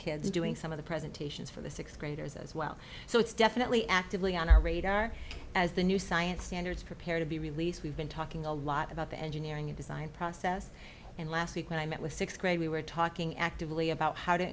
kids doing some of the presentations for the sixth graders as well so it's definitely actively on our radar as the new science standards prepare to be released we've been talking a lot about the engineering and design process and last week when i met with sixth grade we were talking actively about how to